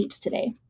today